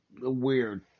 weird